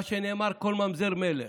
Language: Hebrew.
מה שנאמר: כל ממזר מלך.